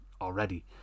already